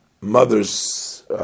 mother's